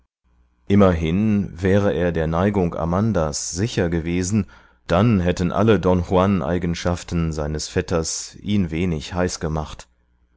immerhin wäre er der neigung amandas sicher gewesen dann hätten alle don juan eigenschaften seines vetters ihn wenig heiß gemacht